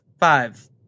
Five